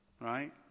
Right